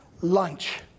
lunch